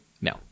No